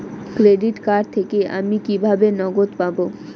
Credit card থেকে আমি কিভাবে নগদ পাব?